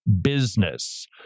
business